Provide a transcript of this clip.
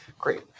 Great